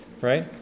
right